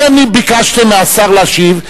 אתם ביקשתם מהשר להשיב.